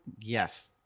Yes